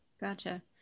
Gotcha